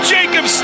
Jacob